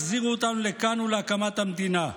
החזירו אותנו לכאן ולהקמת המדינה,